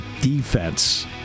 defense